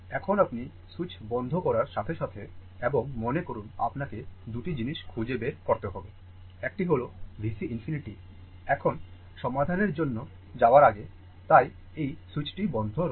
এখন আপনি স্যুইচ বন্ধ করার সাথে সাথে এবং মনে করুন আপনাকে 2টি জিনিস খুঁজে বের করতে হবে একটি হল VC ∞ এখন সমাধানের জন্য যাওয়ার আগে তাই এই স্যুইচটি বন্ধ রয়েছে